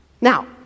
Now